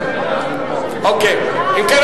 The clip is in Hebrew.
אם כן,